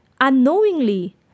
Unknowingly